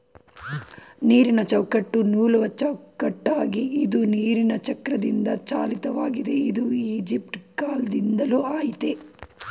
ನೀರಿನಚೌಕಟ್ಟು ನೂಲುವಚೌಕಟ್ಟಾಗಿದೆ ಇದು ನೀರಿನಚಕ್ರದಿಂದಚಾಲಿತವಾಗಿದೆ ಇದು ಈಜಿಪ್ಟಕಾಲ್ದಿಂದಲೂ ಆಯ್ತೇ